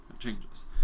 changes